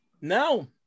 now